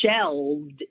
shelved